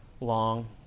long